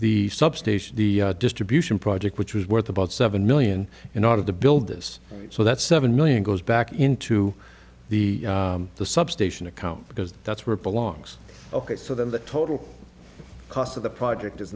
the substation the distribution project which was worth about seven million in order to build this so that seven million goes back into the the substation account because that's where it belongs ok so then the total cost of the project is